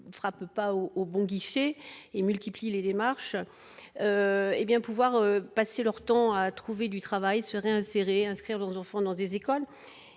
ne frappe pas au au bon guichet et multiplie les démarches hé bien pouvoir passer leur temps à trouver du travail et se réinsérer inscrire leurs enfants dans des écoles